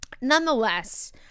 nonetheless